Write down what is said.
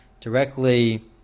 directly